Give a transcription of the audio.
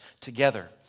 together